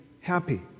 happy